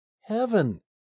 heaven